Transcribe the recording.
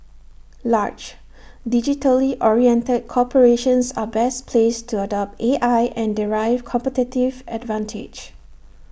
large digitally oriented corporations are best placed to adopt A I and derive competitive advantage